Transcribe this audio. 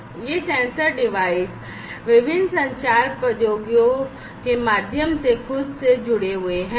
ये sensor device विभिन्न संचार प्रौद्योगिकियों के माध्यम से खुद से जुड़े हुए हैं